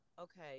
Okay